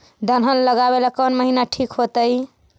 दलहन लगाबेला कौन महिना ठिक होतइ?